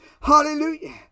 hallelujah